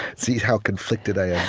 see how conflicted i yeah